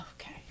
Okay